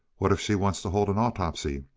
what if she wants to hold an autopsy?